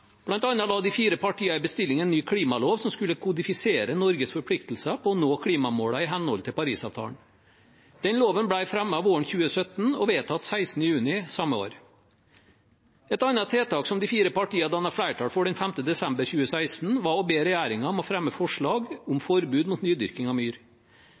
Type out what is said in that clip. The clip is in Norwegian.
la de fire partiene inn i bestillingen en ny klimalov, som skulle kodifisere Norges forpliktelser til å nå klimamålene i henhold til Parisavtalen. Den loven ble fremmet våren 2017 og sanksjonert 16. juni samme år. Et annet tiltak som de fire partiene dannet flertall for den 5. desember 2016, var å be regjeringen fremme forslag om forbud mot nydyrking av myr.